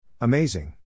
Amazing